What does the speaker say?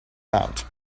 out